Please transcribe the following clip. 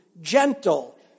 gentle